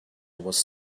was